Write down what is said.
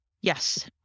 Yes